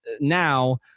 now